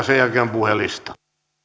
sen jälkeen puhelistaan